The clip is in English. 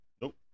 Nope